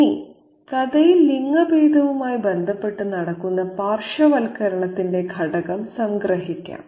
ഇനി കഥയിൽ ലിംഗഭേദവുമായി ബന്ധപ്പെട്ട് നടക്കുന്ന പാർശ്വവൽക്കരണത്തിന്റെ ഘടകം സംഗ്രഹിക്കാം